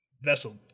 Vessel